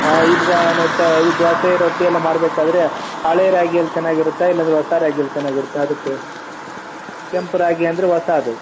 ಹಾಂ ಇವಾಗ ನಾವು ಚ ಇದು ದೋಸೆ ರೊಟ್ಟಿ ಎಲ್ಲ ಮಾಡಬೇಕಾದ್ರೆ ಹಳೆ ರಾಗಿಯಲ್ಲಿ ಚೆನ್ನಾಗಿರುತ್ತಾ ಇಲ್ಲಾಂದರೆ ಹೊಸ ರಾಗಿಯಲ್ಲಿ ಚೆನ್ನಾಗಿರುತ್ತಾ ಅದು ಕೆ ಕೆಂಪು ರಾಗಿ ಅಂದರೆ ಹೊಸಾದು